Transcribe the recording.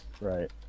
right